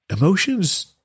emotions